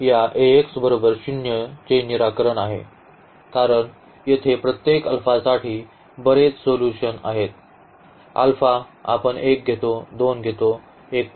आणि हे या चे निराकरण आहे कारण येथे प्रत्येक अल्फासाठी बरेच सोल्यूशन आहेत अल्फा आपण 1 घेतो 2 घेतो 1